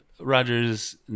Rogers